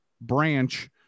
branch